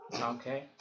Okay